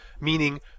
meaning